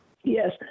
Yes